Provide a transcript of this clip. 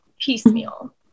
piecemeal